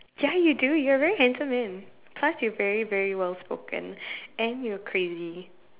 ya you do you are very handsome man plus you very very well spoken and you're crazy